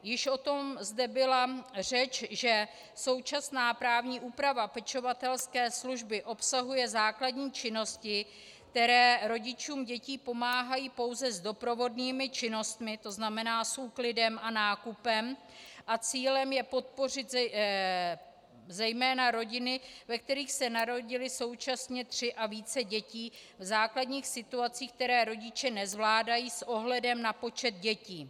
Již o tom byla zde řeč, že současná právní úprava pečovatelské služby obsahuje základní činnosti, které rodičům dětí pomáhají pouze s doprovodnými činnostmi, to znamená s úklidem a nákupem, a cílem je podpořit zejména rodiny, ve kterých se narodily současně tři a více dětí, v základních situacích, které rodiče nezvládají s ohledem na počet dětí.